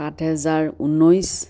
সাত হাজাৰ ঊনৈছ